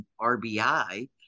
RBI